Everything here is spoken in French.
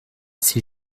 c’est